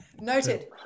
Noted